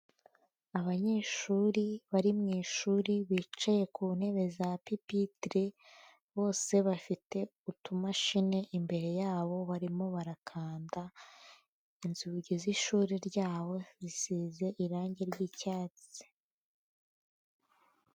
Abanyeshuri bari mu ishuri bicaye ku ntebe za pipitire, bose bafite utumashini imbere yabo barimo barakanda, inzugi z'ishuri ryabo zisize irange ry'icyatsi.